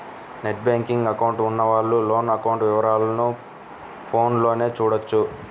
net banking account ఉన్నవాళ్ళు loan account వివరాలను ఫోన్లోనే చూడొచ్చు